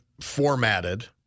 formatted